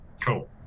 Cool